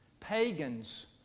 pagans